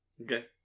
okay